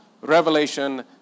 revelation